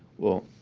well,